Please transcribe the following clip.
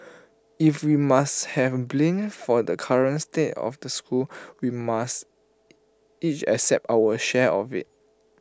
if we must have blame for the current state of the school we must each accept our share of IT